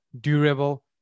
durable